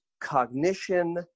cognition